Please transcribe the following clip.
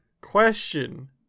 Question